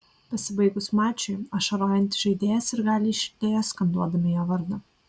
pasibaigus mačui ašarojantį žaidėją sirgaliai išlydėjo skanduodami jo vardą